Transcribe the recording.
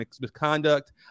misconduct